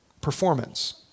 Performance